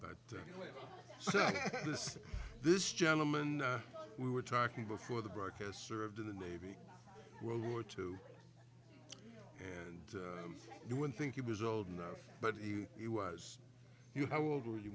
but this this gentleman we were talking before the break has served in the navy world war two and you would think he was old enough but he he was you how old were you